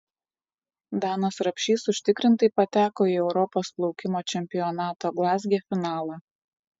danas rapšys užtikrintai pateko į europos plaukimo čempionato glazge finalą